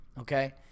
okay